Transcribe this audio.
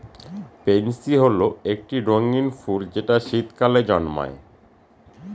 pansy হল একটি রঙ্গীন ফুল যেটা শীতকালে জন্মায়